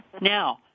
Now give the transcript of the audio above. Now